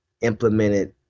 implemented